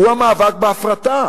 הוא המאבק בהפרטה